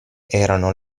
erano